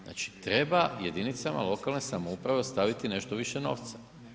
Znači treba jedinicama lokalne samouprave ostaviti nešto više novca.